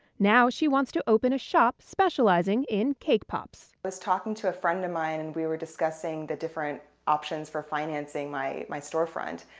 now she wants to open a shop specializing in cake pops. i was talking to a friend of mine, and we were discussing the different options for financing my my storefront,